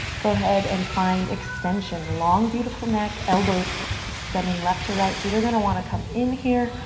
go ahead and find extension. long, beautiful neck. elbows extending left to right. so they're going to want to come in here.